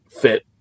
fit